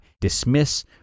dismiss